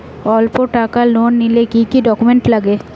অল্প টাকার লোন নিলে কি কি ডকুমেন্ট লাগে?